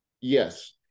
yes